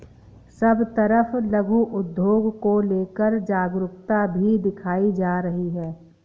सब तरफ लघु उद्योग को लेकर जागरूकता भी दिखाई जा रही है